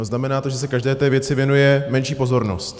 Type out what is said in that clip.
Znamená to, že se každé té věci věnuje menší pozornost.